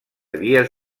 vies